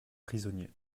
prisonniers